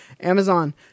Amazon